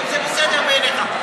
האם זה בסדר בעיניך?